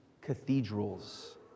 cathedrals